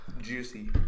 Juicy